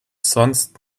sonst